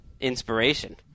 inspiration